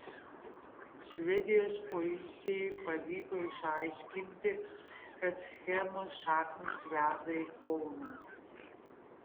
švedijos policijai pavyko išaiškinti kad schemos šaknys veda į kauną